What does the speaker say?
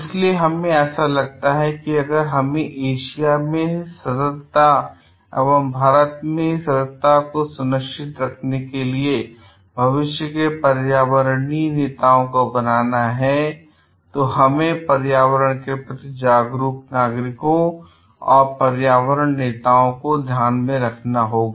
इसलिए हमें ऐसा लगता है कि अगर हमें एशिया में सततता एवं भारत में सततता सुनिश्चित करने के लिए भविष्य के पर्यावरणीय नेताओं को बनाना है तो हमें पर्यावरण के प्रति जागरूक नागरिकों और पर्यावरण नेताओं को ध्यान में रखना होगा